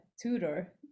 tutor